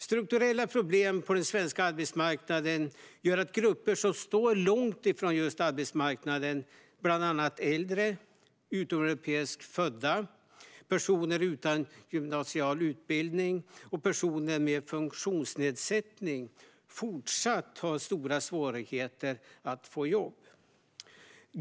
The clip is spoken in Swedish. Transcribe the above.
Strukturella problem på den svenska arbetsmarknaden gör att grupper som står långt från arbetsmarknaden, bland annat äldre, utomeuropeiskt födda, personer utan gymnasial utbildning och personer med en funktionsnedsättning, fortsatt har stora svårigheter att få jobb.